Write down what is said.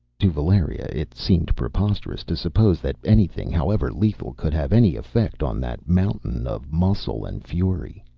to valeria it seemed preposterous to suppose that anything, however lethal, could have any effect on that mountain of muscle and fury.